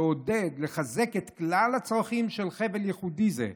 לעודד ולחזק את כלל הצרכים של חבל ייחודי זה.